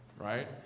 right